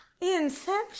Inception